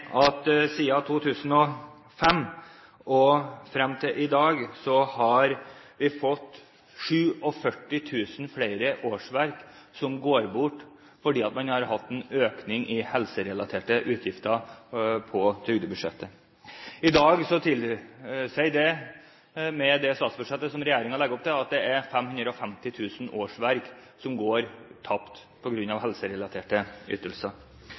at siden 2005 og frem til i dag er det 47 000 flere årsverk som har gått bort, fordi man har hatt en økning i helserelaterte utgifter på trygdebudsjettet. I dag tilsier det, med det statsbudsjettet som regjeringen legger opp til, at det er 550 000 årsverk som går tapt på grunn av helserelaterte ytelser.